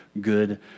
good